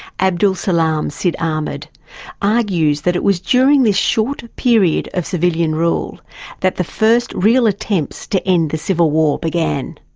abdel salem sidahmed argues that it was during this short period of civilian rule that the first real attempts to end the civil war began.